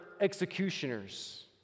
executioners